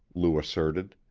lou asserted.